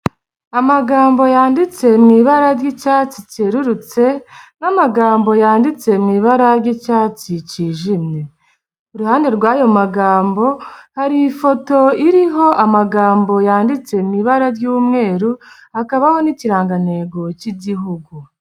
Amagambo yanditse mu ibara ry'icyatsi cyerurutse n'amagambo yanditse mu ibara ry'icyatsi cyijimye. Iruhande rw'ayo magambo hari ifoto iriho amagambo yanditse mw'ibara ry'umweru hakabaho n'ikirangantego cy'igihugu.